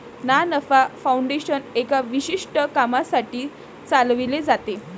ना नफा फाउंडेशन एका विशिष्ट कामासाठी चालविले जाते